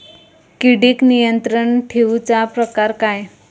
किडिक नियंत्रण ठेवुचा प्रकार काय?